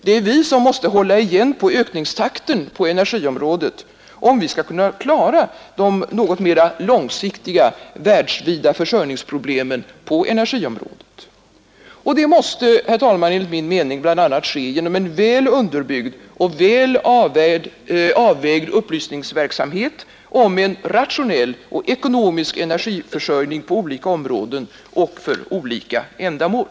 Det är vi som måste hålla igen på ökningstakten på energiområdet, om vi skall kunna klara de något mera långsiktiga, världsvida försörjningsproblemen på energiområdet. Detta måste enligt min mening ske bl.a. genom en väl underbyggd och väl avvägd upplysningsverksamhet om en rationell och ekonomisk energiförsörjning på olika områden och för olika ändamål.